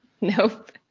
Nope